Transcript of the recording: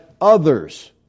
others